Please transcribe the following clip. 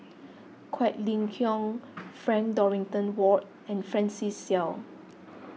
Quek Ling Kiong Frank Dorrington Ward and Francis Seow